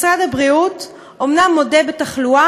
משרד הבריאות אומנם מודה בתחלואה,